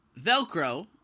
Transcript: Velcro